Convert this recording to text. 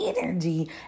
energy